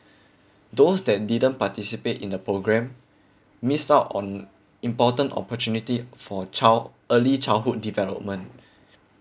those that didn't participate in the programme miss out on important opportunity for child early childhood development